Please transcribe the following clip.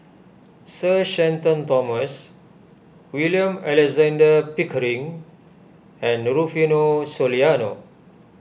Sir Shenton Thomas William Alexander Pickering and Rufino Soliano